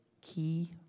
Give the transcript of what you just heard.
key